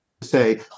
say